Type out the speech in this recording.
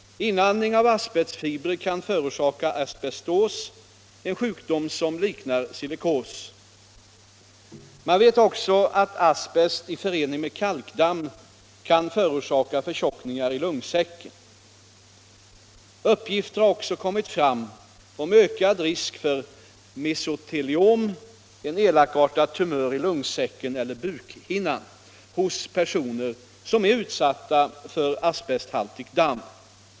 Inandning av asbestfibrer kan förorsaka asbestos, en sjukdom som liknar silikos. Man vet också att asbest i förening med kalkdamm kan förorsaka förtjockningar i lungsäcken. Uppgifter har också kommit fram om ökad risk dör mesoteliom, en elakartad tumör i lungsäcken eller bukhinnan, hos personer som är utsatta för asbesthaltigt damm.